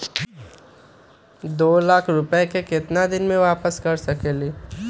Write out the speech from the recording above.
दो लाख रुपया के केतना दिन में वापस कर सकेली?